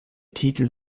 titel